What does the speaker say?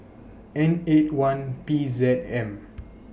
N eight one P Z M